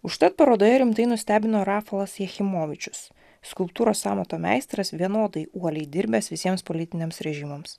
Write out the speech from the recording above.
užtat parodoje rimtai nustebino rapolas jachimovičius skulptūros amato meistras vienodai uoliai dirbęs visiems politiniams režimams